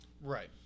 Right